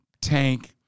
Tank